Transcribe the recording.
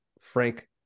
Frank